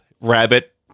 rabbit